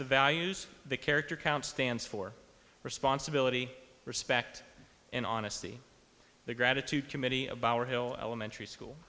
the values the character counts stands for responsibility respect and honesty the gratitude committee about our hill elementary school